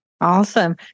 Awesome